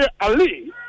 Ali